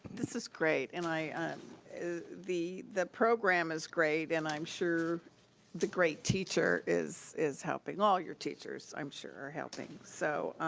this is great, and i, the the program is great, and i'm sure the great teacher is is helping, all your teachers, i'm sure, are helping, so.